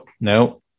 No